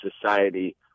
society